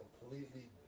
completely